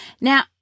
Now